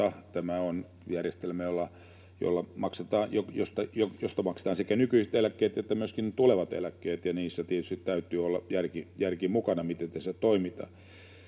tämä on järjestelmä, josta maksetaan sekä nykyiset eläkkeet että myöskin tulevat eläkkeet, ja niissä tietysti täytyy olla järki mukana, miten tässä toimitaan.